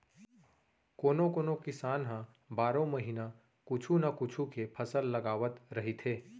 कोनो कोनो किसान ह बारो महिना कुछू न कुछू के फसल लगावत रहिथे